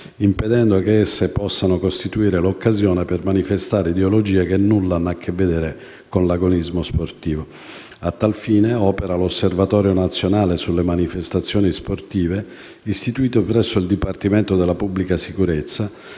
impedendo che esse possano costituire l'occasione per manifestare ideologie che nulla hanno a che vedere con l'agonismo sportivo. A tal fine, opera l'Osservatorio nazionale sulle manifestazioni sportive, istituito presso il Dipartimento della pubblica sicurezza,